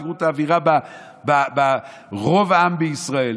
תראו את האווירה אצל רוב העם בישראל,